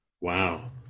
Wow